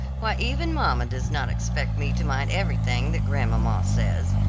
why even mamma does not expect me to mind everything that grandmamma says,